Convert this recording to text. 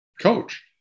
coach